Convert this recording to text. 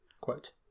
Quote